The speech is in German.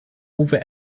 uwe